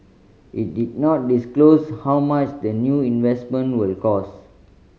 it did not disclose how much the new investment will cost